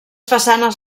façanes